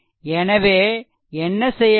எனவே என்ன செய்ய வேண்டும்